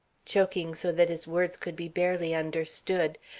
choking so that his words could be barely understood.